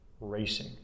racing